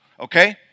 Okay